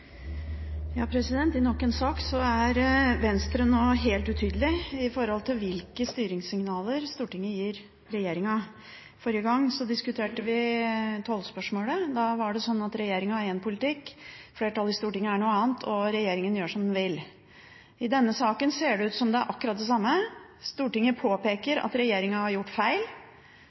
Venstre helt utydelige når det gjelder hvilke styringssignaler Stortinget gir regjeringen. Forrige gang diskuterte vi tollspørsmålet. Da var det sånn at regjeringen hadde én politikk, flertallet i Stortinget hadde en annen, og regjeringen gjorde som den ville. I denne saken ser det ut som om det er akkurat det samme: Stortinget påpeker at regjeringen har gjort feil,